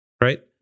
right